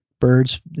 birds